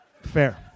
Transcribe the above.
Fair